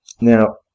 Now